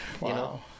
Wow